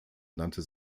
nannte